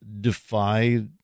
defy